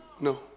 No